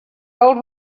old